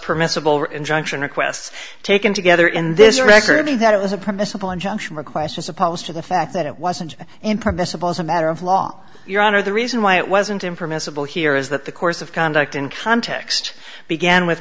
permissible or injunction requests taken together in this record and that it was a promise simple injunction request is supposed to the fact that it wasn't in permissible as a matter of law your honor the reason why it wasn't in permissible here is that the course of conduct in context began with